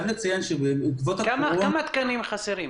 כמה תקנים חסרים?